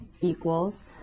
equals